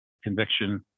conviction